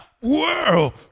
world